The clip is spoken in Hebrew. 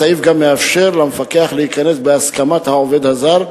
הסעיף גם מאפשר למפקח להיכנס, בהסכמת העובד הזר,